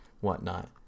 whatnot